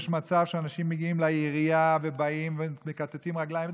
יש מצב שאנשים מגיעים לעירייה ובאים ומכתתים רגליים,